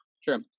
Sure